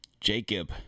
Jacob